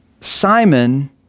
Simon